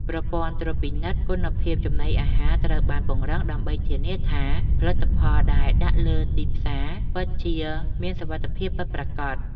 ប្រព័ន្ធត្រួតពិនិត្យគុណភាពចំណីអាហារត្រូវបានពង្រឹង ដើម្បីធានាថាផលិតផលដែលដាក់លក់លើទីផ្សារពិតជាមានសុវត្ថិភាពពិតប្រាកដ។